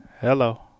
Hello